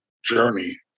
journey